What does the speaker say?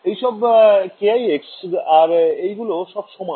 এই সব kix আর এই গুলো সব সমান